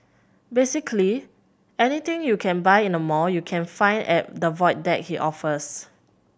basically anything you can buy in a mall you can find at the Void Deck he offers